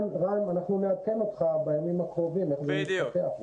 רם, אנחנו נעדכן אותך בימים הקרובים איך זה מתפתח.